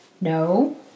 No